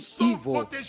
evil